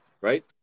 Right